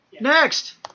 Next